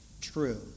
true